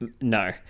No